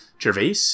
Gervais